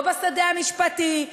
לא בשדה המשפטי,